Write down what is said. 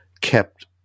kept